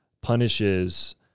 punishes